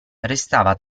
restava